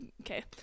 okay